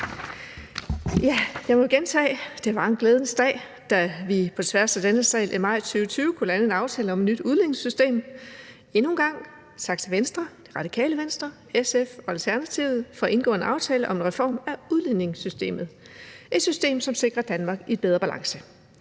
Lad mig gentage: Det var en glædens dag, da vi på tværs af denne sal i maj 2020 kunne lande en aftale om et nyt udligningssystem. Endnu en gang tak til Venstre, Det Radikale Venstre, SF og Alternativet for at indgå en aftale om en reform af udligningssystemet – et system, som sikrer et Danmark i bedre balance.